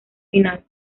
final